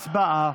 הצבעה.